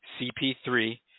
CP3